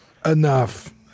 Enough